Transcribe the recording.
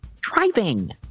Driving